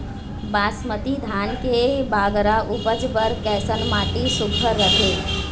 बासमती धान के बगरा उपज बर कैसन माटी सुघ्घर रथे?